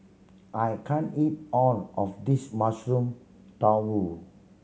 I can't eat all of this Mushroom Tofu